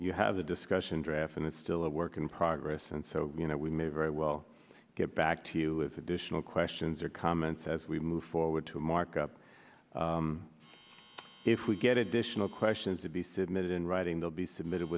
a discussion draft and it's still a work in progress and so you know we may very well get back to you with additional questions or comments as we move forward to markup if we get additional questions to be submitted in writing will be submitted